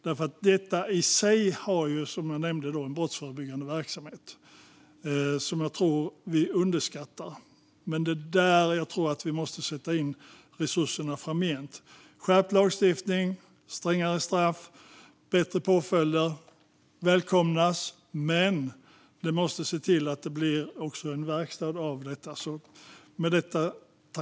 Detta är i sig, som jag nämnde, en brottsförebyggande verksamhet som jag tror att vi underskattar, och det är där jag tror att vi måste sätta in resurserna framgent. Skärpt lagstiftning, strängare straff och bättre påföljder välkomnas. Vi måste se till att det också blir verkstad av detta.